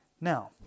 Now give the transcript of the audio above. Now